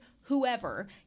whoever